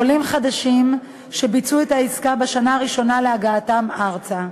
עולים חדשים שביצעו את העסקה בשנה הראשונה להגעתם ארצה,